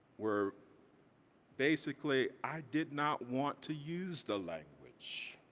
were basically, i did not want to use the language